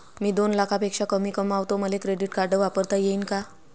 मी दोन लाखापेक्षा कमी कमावतो, मले क्रेडिट कार्ड वापरता येईन का?